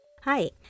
Hi